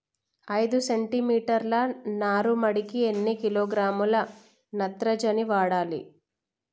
ఐదు సెంటిమీటర్ల నారుమడికి ఎన్ని కిలోగ్రాముల నత్రజని వాడాలి?